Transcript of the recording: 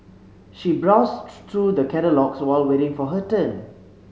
she browsed through the catalogues while waiting for her turn